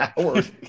hours